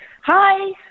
Hi